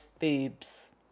boobs